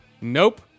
Nope